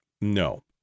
No